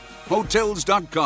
Hotels.com